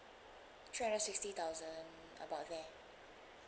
three hundred sixty thousand about there